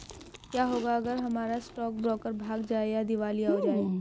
क्या होगा अगर हमारा स्टॉक ब्रोकर भाग जाए या दिवालिया हो जाये?